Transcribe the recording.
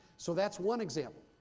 so that's one example.